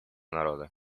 народа